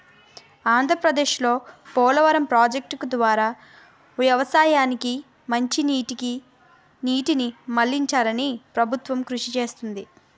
ఆంధ్రప్రదేశ్లో పోలవరం ప్రాజెక్టు ద్వారా వ్యవసాయానికి మంచినీటికి నీటిని మళ్ళించాలని ప్రభుత్వం కృషి చేస్తుంది